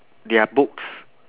their books